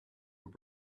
were